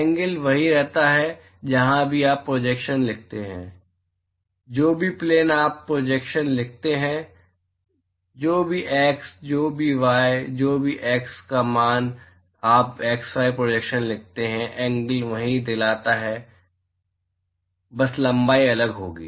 angle वही रहता है जहाँ भी आप प्रोजेक्शन लिखते हैं जो भी प्लेन आप प्रोजेक्शन लिखते हैं जो भी x जो भी x मान आप z y प्रोजेक्शन लिखते हैं एंगल वही याद दिलाता है बस लंबाई अलग होगी